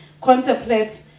contemplate